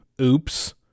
Oops